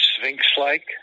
Sphinx-like